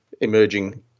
emerging